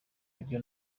ibyo